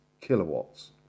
kilowatts